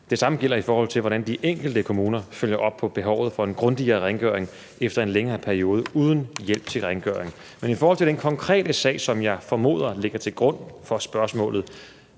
det samme gælder, hvordan de enkelte kommuner følger op på behovet for en grundigere rengøring efter en længere periode uden hjælp til rengøring. Men i forhold til den konkrete sag, som jeg formoder ligger til grund for spørgsmålet,